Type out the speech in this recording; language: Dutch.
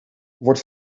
wordt